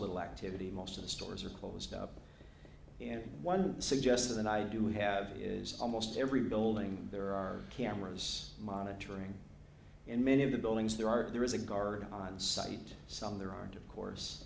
little activity most of the stores are closed up and one suggested and i do have is almost every building there are cameras monitoring in many of the buildings there are there is a guard on site some there aren't of course